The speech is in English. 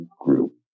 group